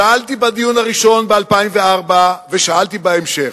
שאלתי בדיון הראשון, ב-2004, ושאלתי בהמשך: